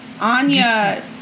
Anya